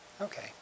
Okay